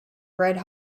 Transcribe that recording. red